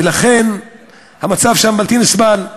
ולכן המצב שם בלתי נסבל.